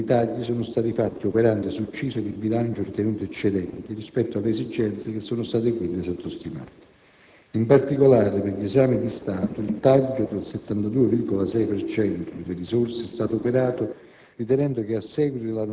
Presumibilmente, i tagli sono stati fatti operando su cifre di bilancio ritenute eccedenti rispetto alle esigenze che sono state, quindi, sottostimate. In particolare, per gli esami di Stato, il taglio del 72,6 per cento delle risorse è stato operato